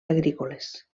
agrícoles